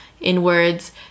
inwards